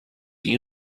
you